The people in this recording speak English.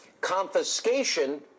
Confiscation